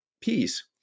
peace